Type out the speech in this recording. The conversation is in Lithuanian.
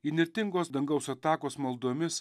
įnirtingos dangaus atakos maldomis